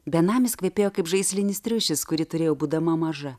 benamis kvepėjo kaip žaislinis triušis kurį turėjau būdama maža